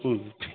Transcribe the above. ம்